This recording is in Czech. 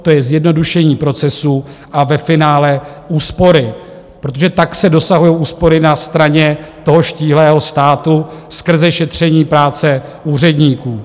To je zjednodušení procesů a ve finále úspory, protože tak se dosahují úspory na straně toho štíhlého státu skrze šetření práce úředníků.